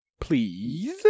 Please